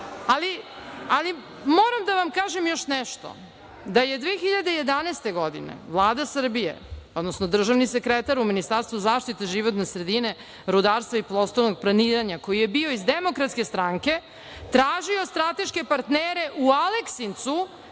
jeste. Moram da vam kažem još nešto da je 2011. godine Vlada Srbije, odnosno državni sekretar u Ministarstvu zaštite životne sredine, rudarstva i prostornog planiranja koji je bio iz DS, tražio strateške partnere u Aleksincu